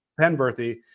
Penberthy